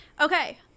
Okay